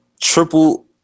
triple